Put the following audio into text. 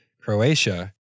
Croatia